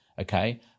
Okay